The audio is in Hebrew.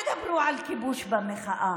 לצערי הרב, אומרים לנו: אל תדברו על כיבוש במחאה,